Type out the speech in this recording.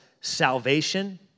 salvation